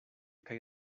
kaj